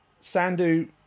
Sandu